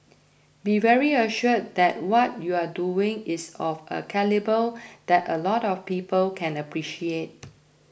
be very assured that what you're doing is of a calibre that a lot of people can appreciate